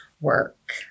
work